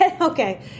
Okay